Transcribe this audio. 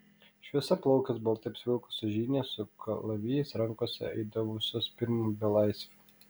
šviesiaplaukės baltai apsivilkusios žynės su kalavijais rankose eidavusios pirm belaisvių